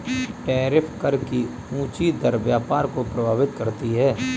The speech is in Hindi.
टैरिफ कर की ऊँची दर व्यापार को प्रभावित करती है